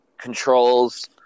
controls